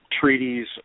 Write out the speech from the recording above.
Treaties